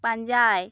ᱯᱟᱧᱡᱟᱭ